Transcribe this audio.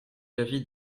l’avis